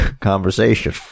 conversation